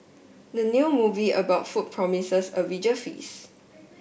the new movie about food promises a visual feast